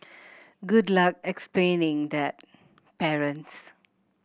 good luck explaining that parents